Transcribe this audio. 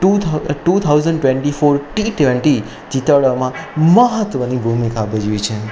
two thou two thousand twenty ફોરની T twenty જીતાડવામાં મહત્ત્વની ભૂમિકા ભજવી છે